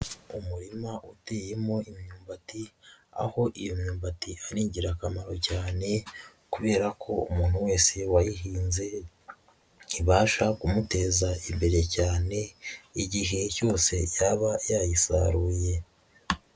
Umurima uteyemo imyumbati, aho iyo myumbati ari ingirakamaro cyane kubera ko umuntu wese wayihinze ibasha kumuteza imbere cyane igihe cyose yaba yayisaruye.